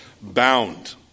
bound